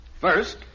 First